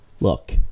Look